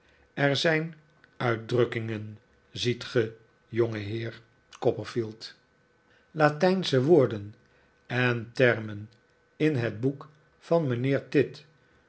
er zijn uitdrukkingen ziet ge jongeheer copperfield latijnsche woorden en termen in het boek van mijnheer